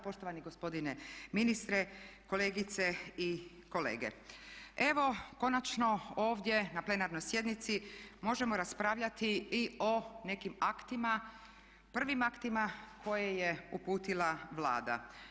Poštovani gospodine ministre, kolegice i kolege evo konačno ovdje na plenarnoj sjednici možemo raspravljati i o nekim aktima, prvim aktima koje je uputila Vlada.